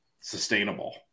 sustainable